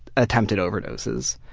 attempted overdoses.